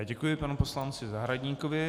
Děkuji panu poslanci Zahradníkovi.